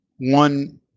one